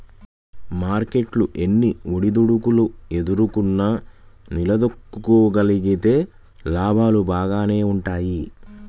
market ఎన్ని ఒడిదుడుకులు ఎదుర్కొన్నా నిలదొక్కుకోగలిగితే లాభాలు బాగానే వుంటయ్యి